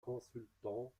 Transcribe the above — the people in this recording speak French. consultant